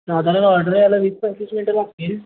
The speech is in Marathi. साधारण ऑर्डर यायला वीस पंचवीस मिनटं लागतील